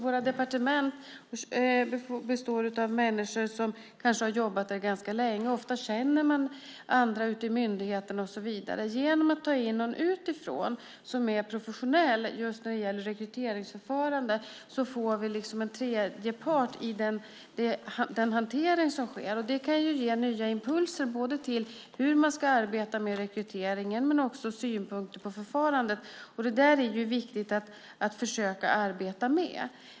Våra departement består av människor som kanske har jobbat där ganska länge. Ofta känner man andra ute i myndigheter och så vidare. Genom att ta in någon utifrån som är professionell när det gäller rekryteringsförfarande får vi en tredje part i den hantering som sker. Det kan ge nya impulser till hur man ska arbeta med rekryteringen och också synpunkter på förfarandet. Det är viktigt att försöka arbeta med.